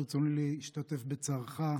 ברצוני להשתתף בצערך,